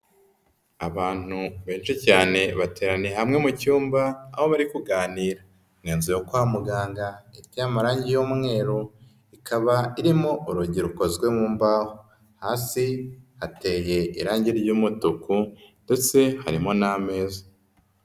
Abantu benshi cyane bateraniye hamwe mu cyumba aho bari kuganira. Ni inzu yo kwa muganga iteye amarangi y'umweru, ikaba irimo urugi rukozwe mu mbaho. Hasi hateye irangi ry'umutuku ndetse harimo n'ameza.